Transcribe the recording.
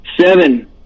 seven